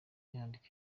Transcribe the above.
yandika